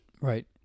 Right